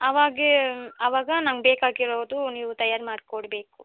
ಆವಾಗ ಆವಾಗ ನಮ್ಗೆ ಬೇಕಾಗಿರೋದು ನೀವು ತಯಾರು ಮಾಡಿಕೊಡ್ಬೇಕು